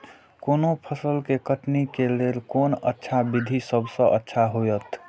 कोनो फसल के कटनी के लेल कोन अच्छा विधि सबसँ अच्छा होयत?